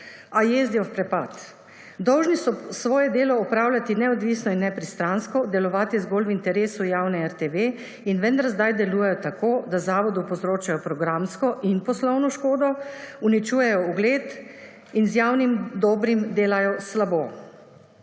A jezdijo v prepad. Dolžni so svoje delo opravljati neodvisno in nepristransko, delovati zgolj v interesu javne RTV in vendar sedaj delujejo tako, da zavodu povzročajo programsko in poslovno škodo, uničujejo ugled in z javnim dobrim delajo slabo.